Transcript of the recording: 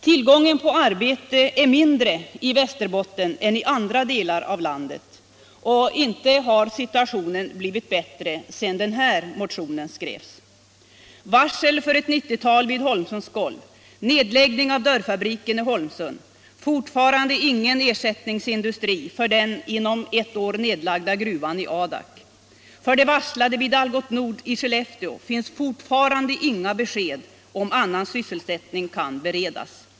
Tillgången på arbete är mindre i Västerbotten än i andra delar av landet, och inte har situationen blivit bättre sedan den här motionen skrevs: varsel för ett 90-tal anställda vid Holmsund Golv AB, nedläggning av dörrfabriken i Holmsund, fortfarande ingen ersättningsindustri för den inom ett år nedlagda gruvan i Adak, och för de varslade vid Algots Nord fortfarande inga besked om att annan sysselsättning kan beredas.